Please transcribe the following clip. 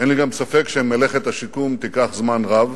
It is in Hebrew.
אין לי גם ספק שמלאכת השיקום תיקח זמן רב.